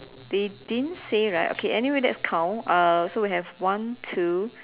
they didn't say right okay anyway let's count uh so we have one two